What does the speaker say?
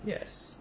yes